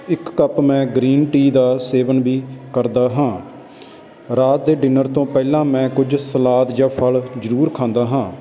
ਇੱਕ ਕੱਪ ਮੈਂ green tea ਦਾ ਸੇਵਨ ਵੀ ਕਰਦਾ ਹਾਂ ਰਾਤ ਦੇ ਡਿਨਰ ਤੋਂ ਪਹਿਲਾਂ ਮੈਂ ਕੁਝ ਸਲਾਦ ਜਾਂ ਫ਼ਲ ਜ਼ਰੂਰ ਖਾਂਦਾ ਹਾਂ